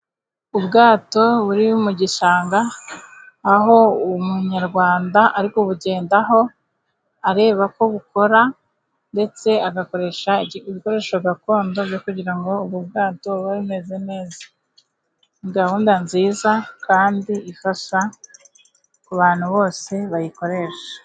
Ubwato buri mu gishanga aho Umunyarwanda ari kubugendaho areba ko bukora, ndetse agakoresha ibikoresho gakondo cyo kugira ngo ubu bwato bube bumeze neza. Ni gahunda nziza kandi ifasha ku bantu bose bayikoresha.